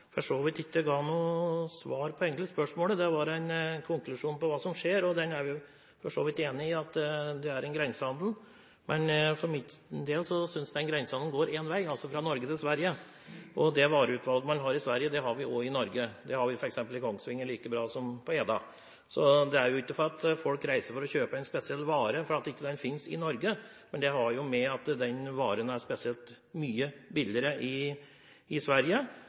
skjer, og den er vi jo for så vidt enig i – at det er en grensehandel. Men for min del synes jeg den grensehandelen går én vei, altså fra Norge til Sverige. Det vareutvalget man har i Sverige, har vi også i Norge. Det er like bra i f.eks. Kongsvinger som på Eda. Så det er jo ikke det at folk reiser for å kjøpe en spesiell vare fordi den ikke finnes i Norge, men det har å gjøre med at den varen er spesielt mye billigere i Sverige. Jeg mener at kjøp av f.eks. tobakk, sprit, snus, vin og øl skyldes at det er et lavere skatte- og avgiftsnivå på dette i Sverige